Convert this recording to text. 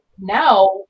now